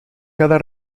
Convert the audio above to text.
cada